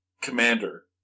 commander